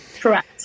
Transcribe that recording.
Correct